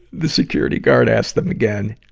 the security guard asks them again,